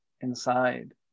inside